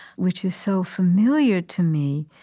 which is so familiar to me,